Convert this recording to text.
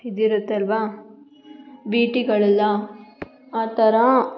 ಇದಿರುತ್ತೆ ಅಲ್ಲವಾ ವಿ ಟಿಗಳೆಲ್ಲ ಆ ಥರ